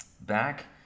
back